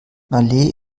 malé